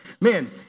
Man